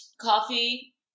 Coffee